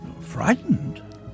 Frightened